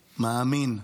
מאמין,